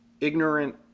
ignorant